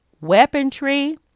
weaponry